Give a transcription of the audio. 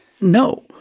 No